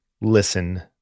listen